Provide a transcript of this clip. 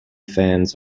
fans